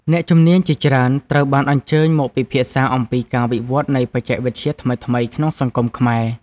អ្នកជំនាញជាច្រើនត្រូវបានអញ្ជើញមកពិភាក្សាអំពីការវិវត្តនៃបច្ចេកវិទ្យាថ្មីៗក្នុងសង្គមខ្មែរ។